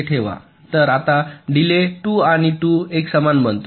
तर आता डिलेय 2 आणि 2 एकसमान बनतो